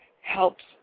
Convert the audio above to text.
helps